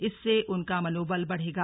इससे उनका मनोबल बढ़ेगा